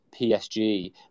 PSG